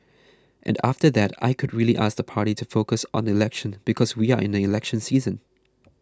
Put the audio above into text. and after that I could really ask the party to focus on the election because we are in the election season